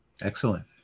Excellent